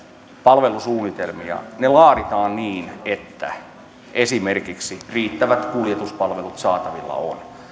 palvelusuunnitelmia laativat ne niin että esimerkiksi riittävät kuljetuspalvelut ovat saatavilla